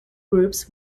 groups